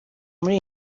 muri